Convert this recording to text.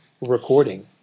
recording